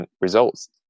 results